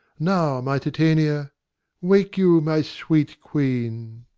now, my titania wake you, my sweet queen.